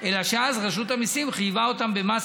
אלא שאז רשות המיסים חייבה אותם במס